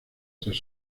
tras